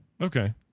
Okay